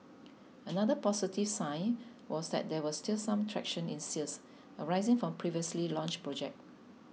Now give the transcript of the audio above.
another positive sign was that there was still some traction in sales arising from previously launched projects